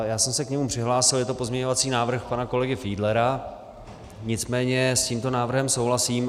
Já jsem se k němu přihlásil, je to pozměňovací návrh pana kolegy Fiedlera, nicméně s tímto návrhem souhlasím.